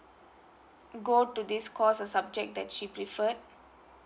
go to this course of subject that she preferred